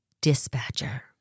dispatcher